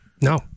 No